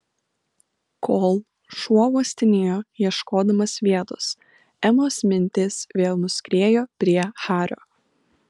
kol šuo uostinėjo ieškodamas vietos emos mintys vėl nuskriejo prie hario